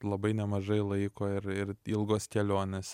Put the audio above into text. labai nemažai laiko ir ir ilgos kelionės